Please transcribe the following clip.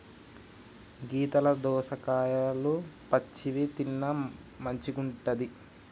గీతల దోసకాయలు పచ్చివి తిన్న మంచిగుంటది